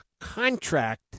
contract